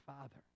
father